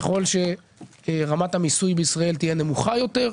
ככל שרמת המיסוי בישראל תהיה נמוכה יותר,